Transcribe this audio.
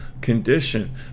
condition